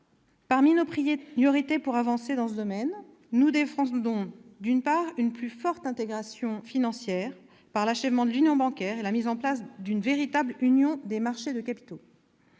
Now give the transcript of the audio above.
Parmi nos priorités pour avancer dans ce domaine, nous défendons une plus forte intégration financière par l'achèvement de l'Union bancaire et la mise en place d'une véritable union des marchés de capitaux.